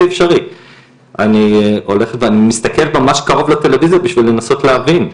אני הולכת ואני מסתכלת על הטלויזיה מקרוב בשביל לנסות להבין.